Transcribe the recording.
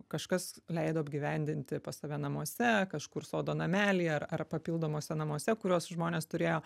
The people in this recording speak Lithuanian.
kažkas leido apgyvendinti pas save namuose kažkur sodo namely ar ar papildomuose namuose kuriuos žmonės turėjo